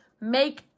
make